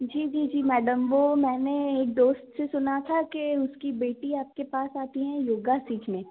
जी जी जी मैडम मैंने वो एक दोस्त से सुना था कि उसकी बेटी आपके पास आती है योगा सीखने